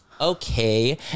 Okay